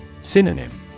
Synonym